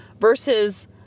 versus